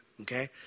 okay